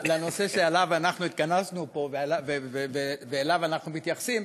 לנושא שעליו אנחנו התכנסנו פה ואליו אנחנו מתייחסים,